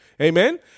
amen